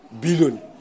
billion